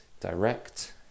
direct